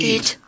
Eat